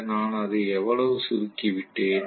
ஆனால் நான் இதை ஒத்திசைவான வேகத்தில் சுழற்றப் போகிறேன்